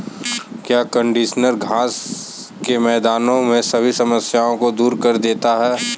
क्या कंडीशनर घास के मैदान में सभी समस्याओं को दूर कर देते हैं?